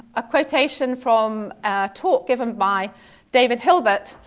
a quotation from a talk given by david hilbert,